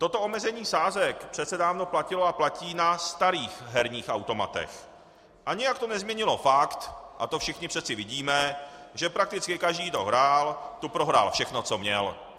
Toto omezení sázek přece dávno platilo a platí na starých herních automatech a nijak to nezměnilo fakt, a to všichni přece vidíme, že prakticky každý, kdo hrál, tu prohrál všechno, co měl.